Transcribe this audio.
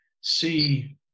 see